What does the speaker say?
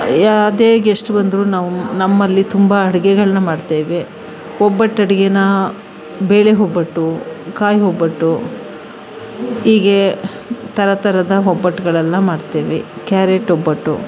ಯಾವುದೇ ಗೆಸ್ಟ್ ಬಂದರು ನಾವು ನಮ್ಮಲ್ಲಿ ತುಂಬ ಅಡುಗೆಗಳನ್ನ ಮಾಡ್ತೇವೆ ಒಬ್ಬಟ್ಟು ಅಡುಗೆನ ಬೇಳೆ ಒಬ್ಬಟ್ಟು ಕಾಯಿ ಒಬ್ಬಟ್ಟು ಈಗೆ ಥರ ಥರದ ಒಬ್ಬಟ್ಟುಗಳೆಲ್ಲ ಮಾಡ್ತೇವೆ ಕ್ಯಾರೇಟ್ ಒಬ್ಬಟ್ಟು